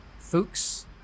Fuchs